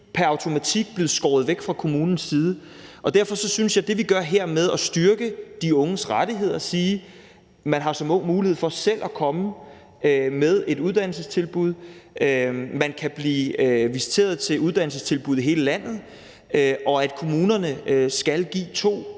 pr. automatik vil blive skåret væk fra kommunens side. Derfor synes jeg, at det er fornuftigt, hvad vi gør her med at styrke de unges rettigheder og sige, at man som ung har mulighed for selv at komme med et uddannelsestilbud, og at man kan blive visiteret til uddannelsestilbud i hele landet, og at kommunerne skal give to.